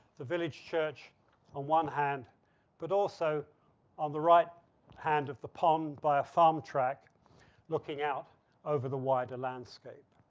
the village church on one hand but also on the right hand of the pond by a farm track looking out over the wider landscape.